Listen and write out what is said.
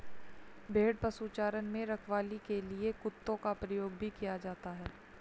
भेड़ पशुचारण में रखवाली के लिए कुत्तों का प्रयोग भी किया जाता है